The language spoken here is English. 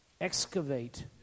excavate